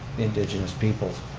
indigenous peoples,